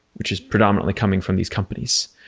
which is predominantly coming from these companies.